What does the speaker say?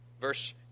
Verse